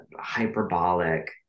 hyperbolic